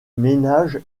ménages